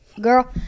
girl